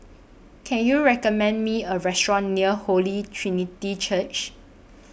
Can YOU recommend Me A Restaurant near Holy Trinity Church